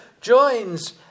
joins